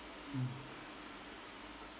mm